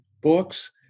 books